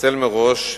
אתנצל מראש,